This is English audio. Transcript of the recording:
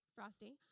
Frosty